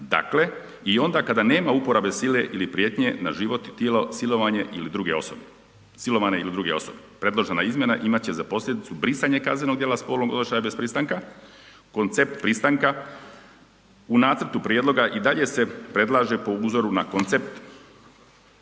radnja i onda kada nema uporabe sile ili prijetnje na život i tijelo silovane ili druge osobe. Predložena izmjena imat će za posljedicu brisanje kaznenog djela spolnog odnošaja bez pristanka, koncept pristanka. U nacrtu prijedloga i dalje se predlaže po uzoru na koncept pristanka